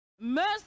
mercy